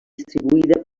distribuïda